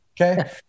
okay